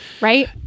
right